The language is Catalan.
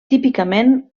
típicament